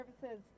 services